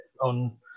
on